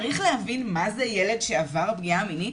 צריך להבין מה זה ילד שעבר פגיעה מינית?